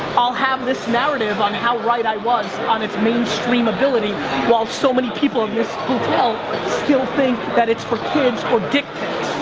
i'll have this narrative on how right i was on its mainstream ability while so many people in this hotel still think that it's for kids or dick pics.